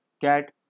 cat